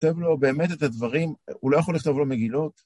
כותב לו באמת את הדברים, הוא לא יכול לכתוב לו מגילות.